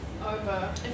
over